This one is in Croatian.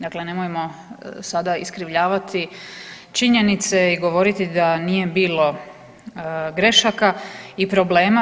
Dakle, nemojmo sada iskrivljavati činjenice i govoriti da nije bilo grešaka i problema.